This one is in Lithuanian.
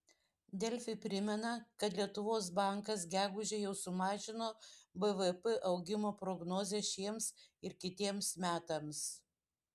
delfi primena kad lietuvos bankas gegužę jau sumažino bvp augimo prognozę šiems ir kitiems metams